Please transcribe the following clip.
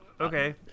Okay